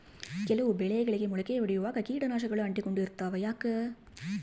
ಕೆಲವು ಬೆಳೆಗಳಿಗೆ ಮೊಳಕೆ ಒಡಿಯುವಾಗ ಕೇಟನಾಶಕಗಳು ಅಂಟಿಕೊಂಡು ಇರ್ತವ ಯಾಕೆ?